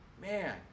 Man